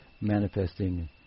manifesting